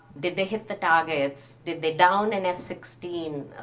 did they hit the targets? did they down an f sixteen?